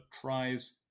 tries